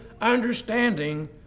understanding